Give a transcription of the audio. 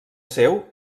seu